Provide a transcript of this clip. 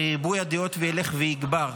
הרי ריבוי הדעות ילך ויגבר.